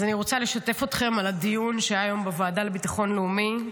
אז אני רוצה לשתף אתכם בדיון שהיה היום בוועדה לביטחון לאומי.